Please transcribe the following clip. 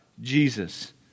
Jesus